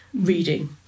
reading